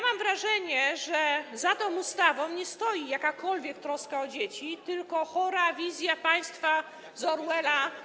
Mam wrażenie, że za tą ustawą nie stoi jakakolwiek troska o dzieci, tylko chora wizja państwa z powieści Orwella.